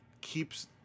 keeps